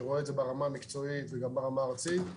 שרואה את זה ברמה המקצועית וגם ברמה הארצית,